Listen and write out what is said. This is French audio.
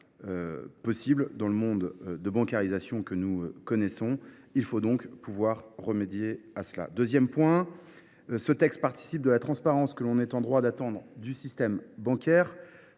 possible dans le contexte de bancarisation que nous connaissons : il faut donc y remédier. Deuxièmement, ce texte participe de la transparence que nous sommes en droit d’attendre du système bancaire.